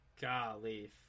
Golly